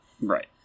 Right